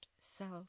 self